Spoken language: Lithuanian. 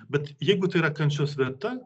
bet jeigu tai yra kančios vieta